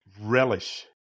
relish